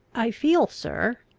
i feel, sir,